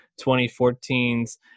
2014's